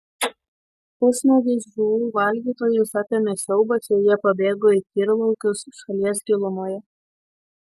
pusnuogius žuvų valgytojus apėmė siaubas ir jie pabėgo į tyrlaukius šalies gilumoje